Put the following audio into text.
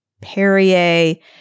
perrier